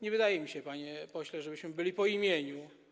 Nie wydaje mi się, panie pośle, żebyśmy byli po imieniu.